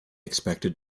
expected